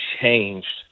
changed